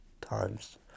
times